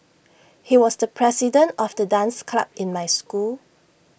he was the president of the dance club in my school